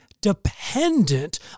dependent